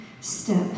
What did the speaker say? step